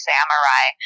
Samurai